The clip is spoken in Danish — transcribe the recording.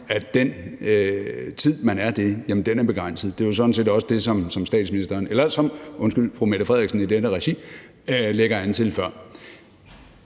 at den tid, man er det, er begrænset. Det er jo sådan set også det, som statsministeren, undskyld, fru Mette Frederiksen – det hedder det jo